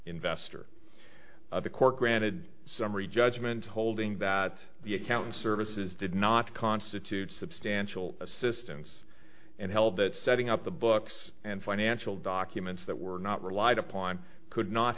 investor of the court granted summary judgment holding that the account services did not constitute substantial assistance and held that setting up the books and financial documents that were not relied upon could not